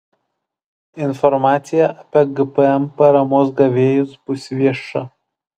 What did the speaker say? informacija apie gpm paramos gavėjus bus vieša